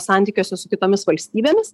santykiuose su kitomis valstybėmis